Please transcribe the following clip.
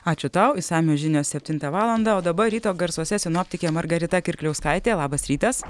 ačiū tau išsamios žinios septintą valandą o dabar ryto garsuose sinoptikė margarita kirkliauskaitė labas rytas